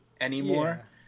anymore